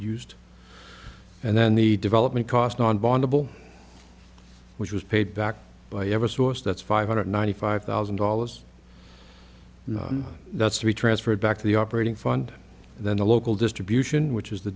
used and then the development cost on bondable which was paid back by ever source that's five hundred ninety five thousand dollars and that's to be transferred back to the operating fund and then the local distribution which is the